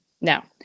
now